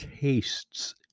tastes